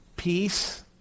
Peace